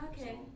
Okay